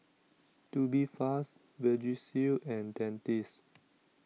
Tubifast Vagisil and Dentiste